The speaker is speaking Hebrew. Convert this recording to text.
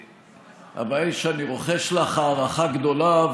הבעיה היא שאני רוחש לך הערכה גדולה,